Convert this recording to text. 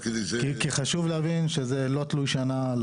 חשוב להבין שזה לחלוטין לא תלוי-שנה.